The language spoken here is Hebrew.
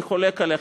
ואני חולק עליך,